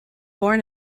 born